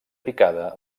picada